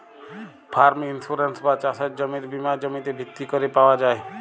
farm insurance বা চাসের জমির বীমা জমিতে ভিত্তি ক্যরে পাওয়া যায়